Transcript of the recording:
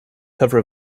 cover